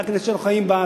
זו הכנסת שאנחנו חיים בה,